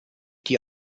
die